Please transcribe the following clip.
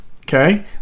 Okay